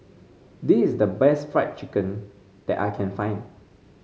this is the best Fried Chicken that I can find